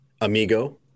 Amigo